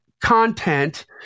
content